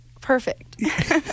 perfect